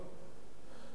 הרוב,